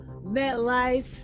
MetLife